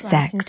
Sex